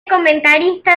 comentarista